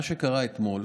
מה שקרה אתמול,